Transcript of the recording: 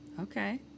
Okay